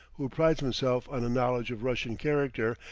who prides himself on a knowledge of russian character,